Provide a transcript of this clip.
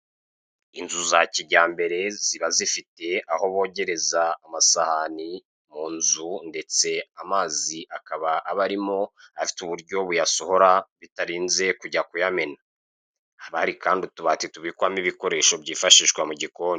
Inzu za kijyambere, ziba zifite aho bogereza amasahani munzu, ndetse amazi akaba ba barimo afite uburyo buyasohora bitarinze kujya kuyamena. Haba hari kandi utubati tubikwamo ibikoresho byifashishwa mu gikoni.